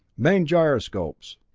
main gyroscopes!